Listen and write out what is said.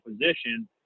position –